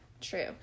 True